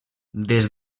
des